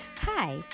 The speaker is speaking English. Hi